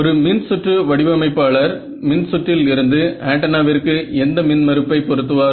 ஒரு மின் சுற்று வடிவமைப்பாளர் மின்சுற்றில் இருந்து ஆண்டனாவிற்கு எந்த மின் மறுப்பை பொருத்துவார்